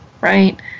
right